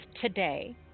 today